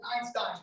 Einstein